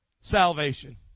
salvation